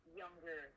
younger